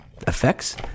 effects